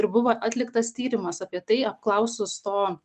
buvo atliktas tyrimas apie tai apklausus to